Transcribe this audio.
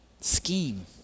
scheme